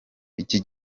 iki